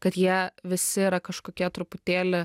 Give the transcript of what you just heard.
kad jie visi yra kažkokie truputėlį